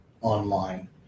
online